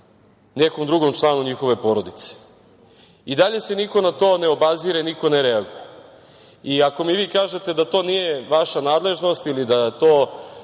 nekom drugom članu njihove porode. I dalje se niko na to ne obazire, niko ne reaguje. Iako mi vi kažete da to nije vaša nadležnost ili da to